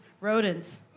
rodents